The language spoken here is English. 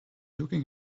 looking